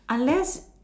unless